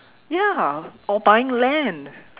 ya or buying land